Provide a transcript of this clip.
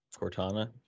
Cortana